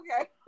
okay